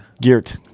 Geert